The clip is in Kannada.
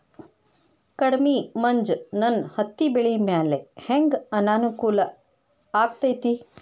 ಕಡಮಿ ಮಂಜ್ ನನ್ ಹತ್ತಿಬೆಳಿ ಮ್ಯಾಲೆ ಹೆಂಗ್ ಅನಾನುಕೂಲ ಆಗ್ತೆತಿ?